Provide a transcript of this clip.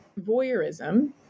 voyeurism